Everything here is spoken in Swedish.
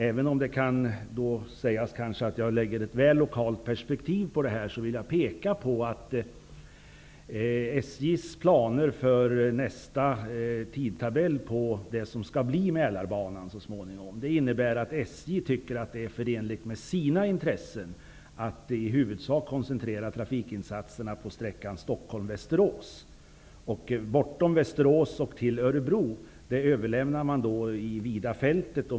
Även om det kan sägas att jag lägger ett väl lokalt perspektiv på detta, vill jag peka på att SJ:s planer för nästa tidtabell på det som så småningom skall bli Mälarbanan innebär att SJ tycker att det är förenligt med sina intressen att i huvudsak koncentrera trafikinsatserna på sträckan Stockholm--Västerås. Området bortom Västerås fram till Örebro överlämnar de till ett vidare fält.